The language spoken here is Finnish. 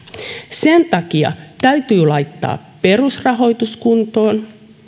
sen takia täytyy laittaa perusrahoitus kuntoon